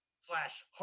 slash